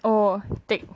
oh take